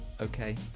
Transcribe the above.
okay